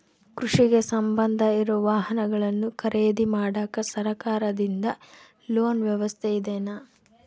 ಕೃಷಿಗೆ ಸಂಬಂಧ ಇರೊ ವಾಹನಗಳನ್ನು ಖರೇದಿ ಮಾಡಾಕ ಸರಕಾರದಿಂದ ಲೋನ್ ವ್ಯವಸ್ಥೆ ಇದೆನಾ?